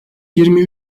yirmi